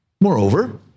moreover